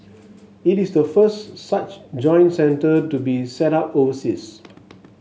it is the first such joint centre to be set up overseas